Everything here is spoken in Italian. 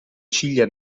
ciglia